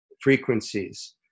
frequencies